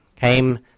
came